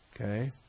okay